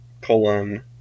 colon